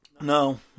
No